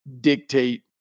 dictate